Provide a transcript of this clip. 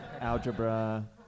algebra